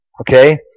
Okay